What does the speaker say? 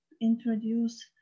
introduce